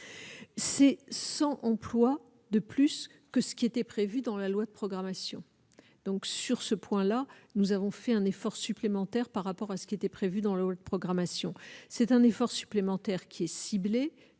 c'est sans emploi de plus que ce qui était prévu dans la loi de programmation donc sur ce point-là, nous avons fait un effort supplémentaire par rapport à ce qui était prévu dans la programmation, c'est un effort supplémentaire qui est ciblé,